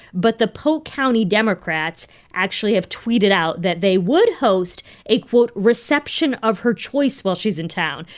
but the polk county democrats actually have tweeted out that they would host a, quote, reception of her choice while she's in town.